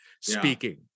speaking